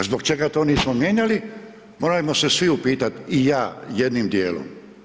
A zbog čega to nismo mijenjali, moramo se svi upitati, i ja, jednim dijelom.